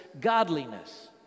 godliness